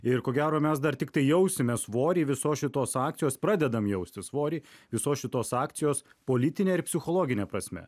ir ko gero mes dar tiktai jausime svorį visos šitos akcijos pradedam jausti svorį visos šitos akcijos politine ir psichologine prasme